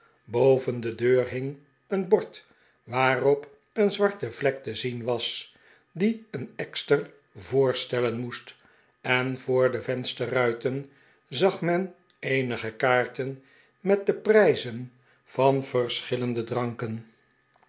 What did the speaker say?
boven de deur hing een bord waarop een zwarte vlek te zien was die een ekster voorstellen moest en voor de vensterruiten zag men eenige kaarten met de prijzen van verschillende dranken